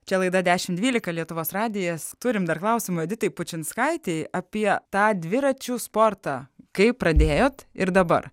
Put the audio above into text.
čia laida dešim dvylika lietuvos radijas turim dar klausimų editai pučinskaitei apie tą dviračių sportą kai pradėjot ir dabar